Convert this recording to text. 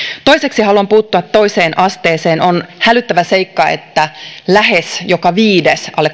toiseksi haluan puuttua toiseen asteeseen on hälyttävä seikka että lähes joka viides alle